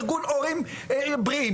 ארגון הורים בריאים.